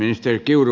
ministeri kiuru